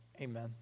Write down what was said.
Amen